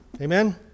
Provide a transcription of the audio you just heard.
Amen